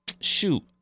shoot